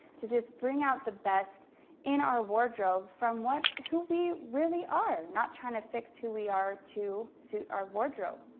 to just bring out the best in our wardrobe from what who we really are, not trying to fix who we are to suit our wardrobe.